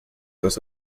das